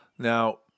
Now